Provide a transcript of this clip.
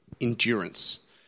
endurance